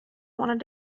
wanted